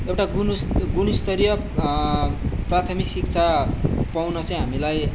एउटा गुण गुणस्तरीय प्राथमिक शिक्षा पाउन चाहिँ हामीलाई